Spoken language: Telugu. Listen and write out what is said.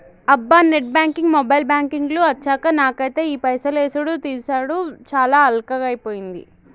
అబ్బా నెట్ బ్యాంకింగ్ మొబైల్ బ్యాంకింగ్ లు అచ్చాక నాకైతే ఈ పైసలు యేసుడు తీసాడు చాలా అల్కగైపోయింది